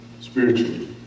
spiritually